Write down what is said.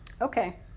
Okay